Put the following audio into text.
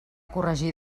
corregir